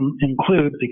include